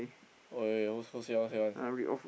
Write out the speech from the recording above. !oi! also say out say one